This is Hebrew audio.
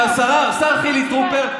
שהשר חילי טרופר,